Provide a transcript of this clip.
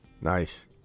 Nice